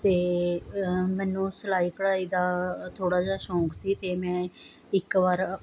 ਅਤੇ ਮੈਨੂੰ ਸਿਲਾਈ ਕਢਾਈ ਦਾ ਥੋੜ੍ਹਾ ਜਿਹਾ ਸ਼ੌਕ ਸੀ ਅਤੇ ਮੈਂ ਇੱਕ ਵਾਰ